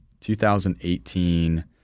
2018